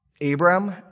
Abraham